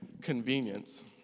convenience